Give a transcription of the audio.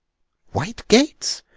white gates!